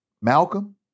Malcolm